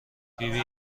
فیبی